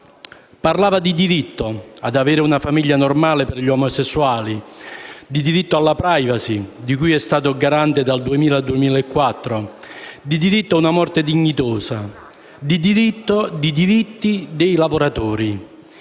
Parlava di diritto ad avere una famiglia normale per gli omosessuali, di diritto alla *privacy*, di cui è stato garante dal 2000 al 2004, di diritto ad una morte dignitosa, di diritti dei lavoratori;